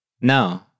No